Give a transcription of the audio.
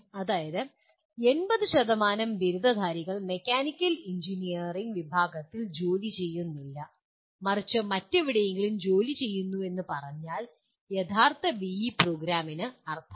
അതായത് 80 ബിരുദധാരികൾ mechanical engineering വിഭാഗത്തിൽ ജോലി ചെയ്യുന്നില്ല മറിച്ച് മറ്റെവിടെയെങ്കിലും ജോലി ചെയ്യുന്നുവെന്ന് പറഞ്ഞാൽ യഥാർത്ഥത്തിൽ BE പ്രോഗ്രാമിന് അർത്ഥമില്ല